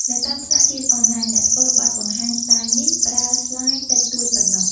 នៅតាមថ្នាក់រៀនអនឡាញ អ្នកធ្វើបទបង្ហាញស្ទាយនេះ ប្រើស្លាយតិចតួចប៉ុណ្ណោះ។